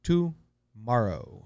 Tomorrow